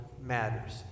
matters